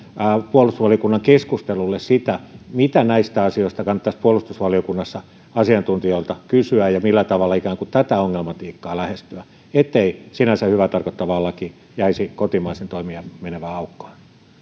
puolustusvaliokunnan keskustelulle sitä mitä näistä asioista kannattaisi puolustusvaliokunnassa asiantuntijoilta kysyä ja millä tavalla ikään kuin tätä ongelmatiikkaa lähestyä ettei sinänsä hyvää tarkoittavaan lakiin jäisi kotimaisen toimijan mentävää aukkoa